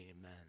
amen